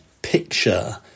picture